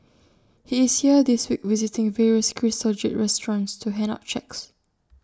he is here this week visiting various crystal jade restaurants to hand out cheques